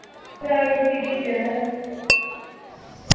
परानी सिटी च ऐ